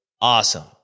Awesome